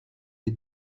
des